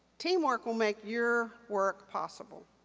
teamwork'll make your work possible,